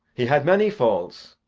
he had many faults,